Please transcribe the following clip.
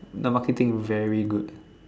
the marketing very good